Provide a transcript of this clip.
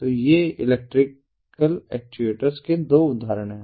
तो ये electrical actuators के दो उदाहरण हैं